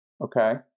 Okay